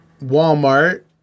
Walmart